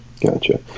Gotcha